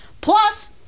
Plus